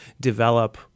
develop